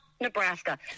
Nebraska